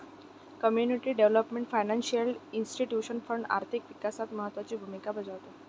community development financial institution fund आर्थिक विकासात महत्त्वाची भूमिका बजावते